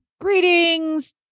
Greetings